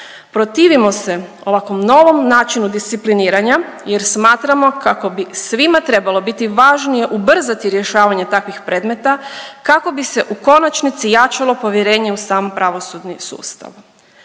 protivimo se ovakvom novom načina discipliniranja jer smatramo kako bi svima trebalo biti važnije ubrzati rješavanje takvih predmeta, kako bi se u konačnici jačalo povjerenje u sam pravosudni sustav.